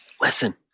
Listen